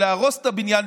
להרוס את הבניין,